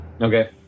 Okay